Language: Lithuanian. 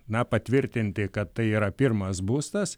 na patvirtinti kad tai yra pirmas būstas